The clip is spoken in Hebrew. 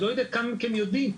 אני לא יודע כמה מכם יודעים,